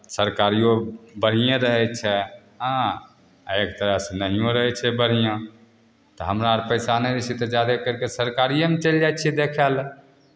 सरकारिओ बढ़िएँ रहै छै हँ आ एक तरहसँ नहिओ रहै छै बढ़िआँ तऽ हमरा आर पैसा नहि रहै छै तऽ जादे करि कऽ सरकारिएमे चलि जाइ छियै देखाए लए